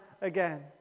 again